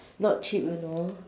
not cheap you know